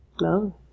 No